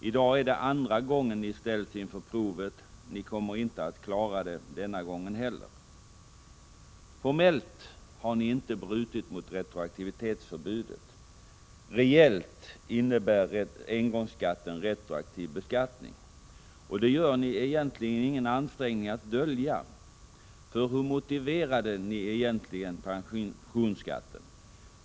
I dag är det andra gången ni ställs inför provet. Ni kommer inte att klara det denna gång heller. Formellt har ni inte brutit mot retroaktivitetsförbudet. Reellt innebär engångsskatten retroaktiv beskattning. Och det gör ni egentligen ingen ansträngning att dölja. För hur motiverar ni egentligen pensionsskatten?